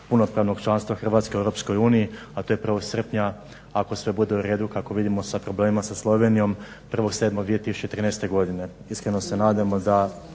punopravnog članstva Hrvatske u EU, a to je 1.srpnja ako bude sve uredu kako vidimo sa problemima sa Slovenijom 1.7.2013.godine. iskreno se nadamo da